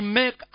make